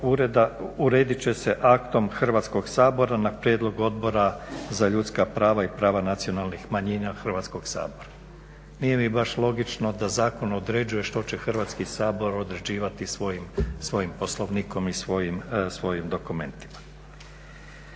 uredit će se aktom Hrvatskog sabora na prijedlog Odbora za ljudska prava i prava nacionalnih manjina Hrvatskog sabora. Nije mi baš logično da zakon određuje što će Hrvatski sabor određivati svojim Poslovnikom i svojim dokumentima.